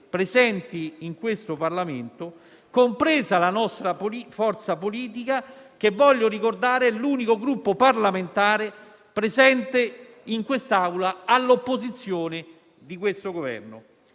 presenti in questo Parlamento, compresa la forza politica che rappresento e che - lo voglio ricordare - è l'unico Gruppo parlamentare presente in quest'Aula all'opposizione di questo Governo.